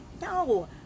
No